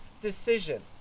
decision